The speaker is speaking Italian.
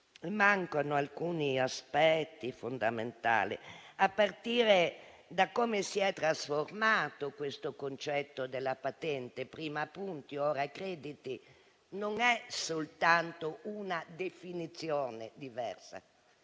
Mancano alcuni aspetti fondamentali, a partire da come si è trasformato il concetto della patente: prima i punti, ora i crediti. Non è soltanto una definizione diversa